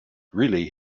really